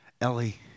Ellie